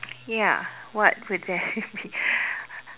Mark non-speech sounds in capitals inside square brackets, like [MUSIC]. ya what would that be [LAUGHS]